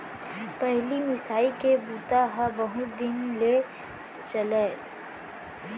पहिली मिसाई के बूता ह बहुत दिन ले चलय